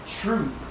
truth